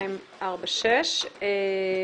(מ/1246).